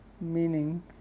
meaning